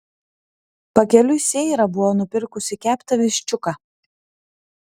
pakeliui seira buvo nupirkusi keptą viščiuką